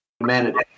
humanity